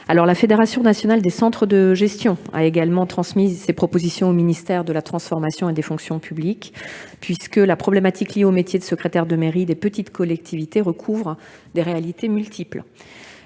La Fédération nationale des centres de gestion a également transmis ses propositions au ministère de la transformation et de la fonction publiques. En effet, la problématique liée au métier de secrétaire de mairie des petites collectivités recouvre des réalités multiples.